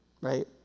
right